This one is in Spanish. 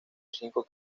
cinco